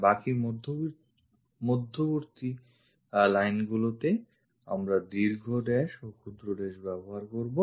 বাকি মধ্যবর্তী line গুলিতে আমরা দীর্ঘ dash ও ক্ষুদ্র dash ব্যবহার করবো